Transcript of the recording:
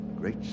Great